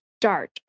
start